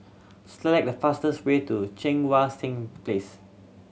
select the fastest way to Cheang Wan Seng Place